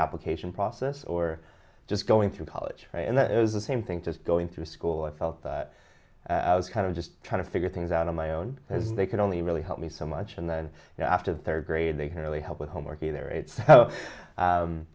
application process or just going through college and that it was the same thing just going through school i felt that i was kind of just trying to figure things out on my own as they could only really help me so much and then after the third grade they can really help with homework either it's so